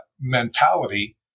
mentality